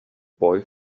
boy